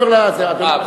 הוא מעבר, אה.